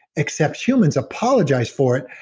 except humans apologize for it.